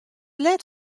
let